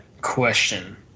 question